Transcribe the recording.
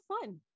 fun